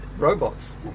robots